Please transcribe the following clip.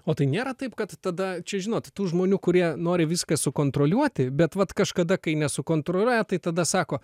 o tai nėra taip kad tada čia žinot tų žmonių kurie nori viską sukontroliuoti bet vat kažkada kai nesukontroliuoja tai tada sako